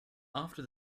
after